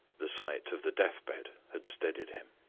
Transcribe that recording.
the sight of the death-bed had steadied him.